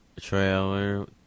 trailer